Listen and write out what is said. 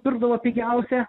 pirkdavo pigiausią